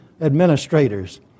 administrators